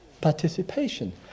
participation